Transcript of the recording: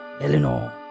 Eleanor